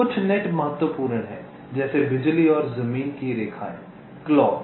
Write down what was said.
कुछ नेट बहुत महत्वपूर्ण हैं जैसे बिजली और जमीन की रेखाएँ क्लॉक